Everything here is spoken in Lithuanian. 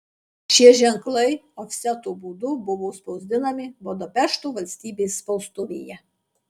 šie ženklai ofseto būdu buvo spausdinami budapešto valstybės spaustuvėje